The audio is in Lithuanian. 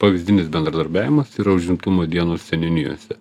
pavyzdinis bendradarbiavimas tai yra užimtumo dienos seniūnijose